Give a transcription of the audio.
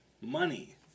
Money